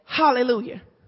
hallelujah